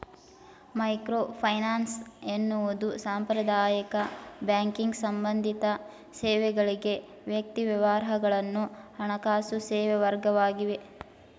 microfinance ಎನ್ನುವುದು ಸಾಂಪ್ರದಾಯಿಕ banking ಸಂಬಂಧಿತ ಸೇವೆಗಳ್ಗೆ ವ್ಯಕ್ತಿ ವ್ಯವಹಾರಗಳನ್ನ ಹಣಕಾಸು ಸೇವೆವರ್ಗವಾಗಿದೆ